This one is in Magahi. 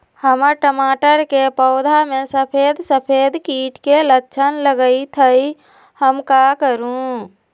हमर टमाटर के पौधा में सफेद सफेद कीट के लक्षण लगई थई हम का करू?